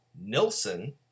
Nilsson